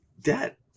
debt